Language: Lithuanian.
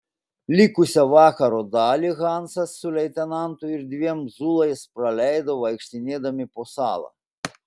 likusią vakaro dalį hansas su leitenantu ir dviem zulais praleido vaikštinėdami po salą